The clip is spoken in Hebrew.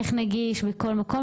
איך נגיש בכל מקום,